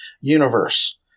universe